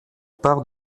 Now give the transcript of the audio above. part